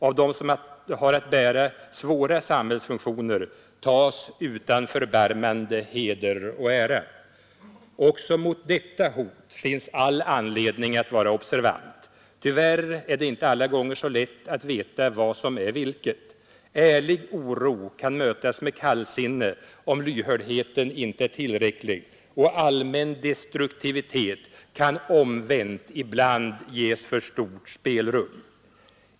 Av dem som har att bära svåra samhällfunktioner tas utan förbarmande heder och ära. Också mot detta hot finns all anledning att vara observant. Tyvärr är det inte alla gånger så lätt att veta vad som är vilket. Ärlig oro kan mötas med kallsinne om lyhördheten inte är tillräcklig, och allmän destruktivitet kan omvänt ges för stort spelrum.